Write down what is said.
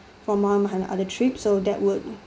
from one of my other trips so that would